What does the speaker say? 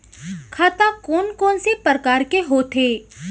खाता कोन कोन से परकार के होथे?